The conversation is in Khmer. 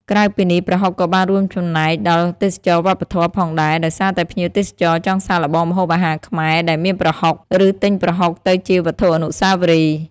ក្រៅពីនេះ ប្រហុកក៏បានរួមចំណែកដល់ ទេសចរណ៍វប្បធម៌ ផងដែរ ដោយសារតែភ្ញៀវទេសចរចង់សាកល្បងម្ហូបអាហារខ្មែរដែលមានប្រហុក ឬទិញប្រហុកទៅជាវត្ថុអនុស្សាវរីយ៍។